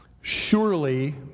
Surely